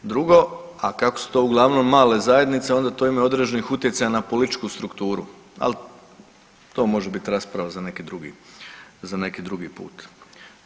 Drugo, a kako su to uglavnom male zajednice onda to ima i određenih utjecaja na političku strukturu, ali to može biti rasprava za neki drugi, za neki drugi put.